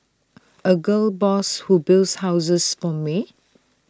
A gal boss who builds houses for me